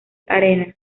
arena